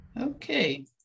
Okay